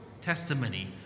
testimony